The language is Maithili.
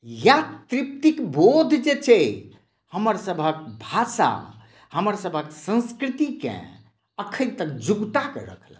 याह तृप्तिक बोध जे छै हमर सभक भाषा हमर सभक संस्कृतिकेँ अखन तक जीविता कऽरखलक